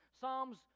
Psalms